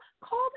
call